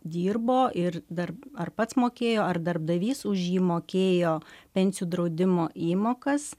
dirbo ir dar ar pats mokėjo ar darbdavys už jį mokėjo pensijų draudimo įmokas